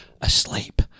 asleep